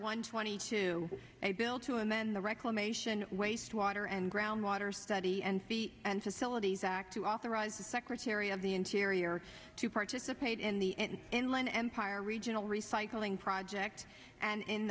one twenty two a bill to and then the reclamation waste water and groundwater study and c and facilities act to authorize the secretary of the interior to participate in the inland empire regional recycling project and in